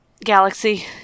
Galaxy